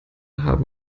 haben